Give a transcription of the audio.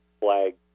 flag